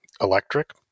electric